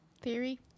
theory